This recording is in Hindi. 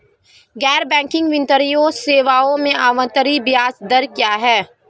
गैर बैंकिंग वित्तीय सेवाओं में आवर्ती ब्याज दर क्या है?